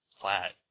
flat